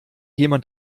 jemand